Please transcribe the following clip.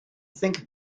think